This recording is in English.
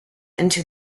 into